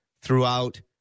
throughout